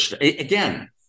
Again